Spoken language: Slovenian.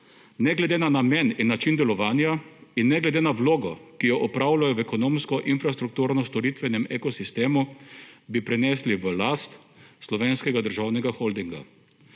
ne glede na namen in način delovanja in ne glede na vlogo, ki jo opravljajo v ekonomsko infrastrukturno storitvenem ekosistemu bi prenesli v last Slovenskega državnega holdinga.